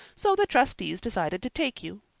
so the trustees decided to take you.